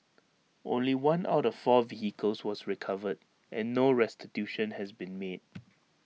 only one out of four vehicles was recovered and no restitution had been made